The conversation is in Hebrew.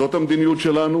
זאת המדיניות שלנו.